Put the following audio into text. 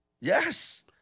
Yes